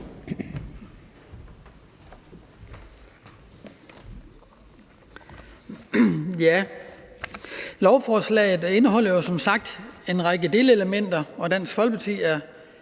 Lovforslaget indeholder som sagt en række delelementer, og Dansk Folkeparti er